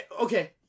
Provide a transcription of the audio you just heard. Okay